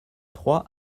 trois